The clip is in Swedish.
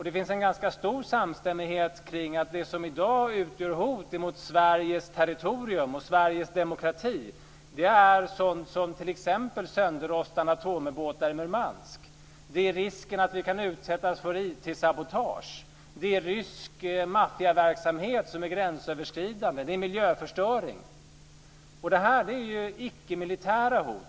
Det finns en ganska stor samstämmighet kring att det som i dag utgör hot emot Sveriges territorium och Sveriges demokrati är sådant som t.ex. sönderrostade atomubåtar i Murmansk. Det är risken att vi kan utsättas för IT-sabotage. Det är rysk maffiaverksamhet som är gränsöverskridande. Det är miljöförstöring. Detta är icke-militära hot.